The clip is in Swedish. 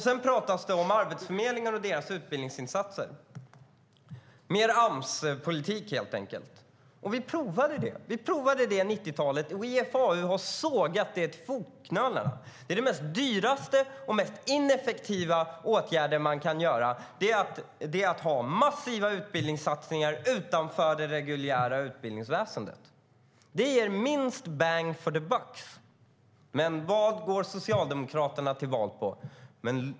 Sedan pratas det om utbildningsinsatser på arbetsförmedlingar - mer Amspolitik, helt enkelt. Vi provade dem under 90-talet. IFAU har sågat dem jäms med fotknölarna. De mest dyra och ineffektiva åtgärderna som kan vidtas är att ha massiva utbildningssatsningar utanför det reguljära utbildningsväsendet. Det ger minst bang for the buck. Vad går Socialdemokraterna till val på?